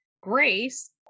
grace